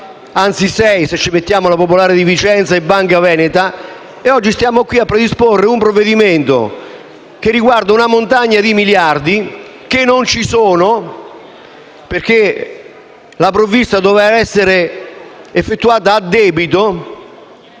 anzi sei, se includiamo anche la Banca Popolare di Vicenza e la Banca Veneta - e oggi siamo qui a predisporre un provvedimento che riguarda una montagna di miliardi che non ci sono, perché la provvista doveva essere effettuata a debito,